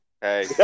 Hey